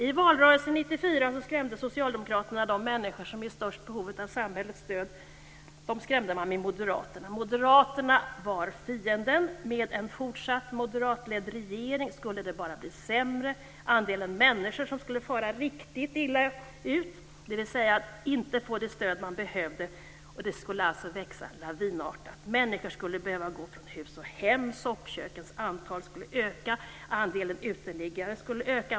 I valrörelsen 1994 skrämde socialdemokraterna de människor som var i störst behov av samhällets stöd med moderaterna. Moderaterna var fienden. Med en fortsatt moderatledd regering skulle det bara bli sämre. Andelen människor som skulle fara riktigt illa, dvs. att inte få det stöd man behövde, skulle växa lavinartat. Människor skulle behöva gå från hus och hem. Soppkökens antal skulle öka. Andelen uteliggare skulle öka.